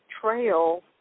trail